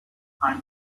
ein